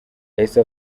yahise